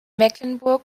mecklenburg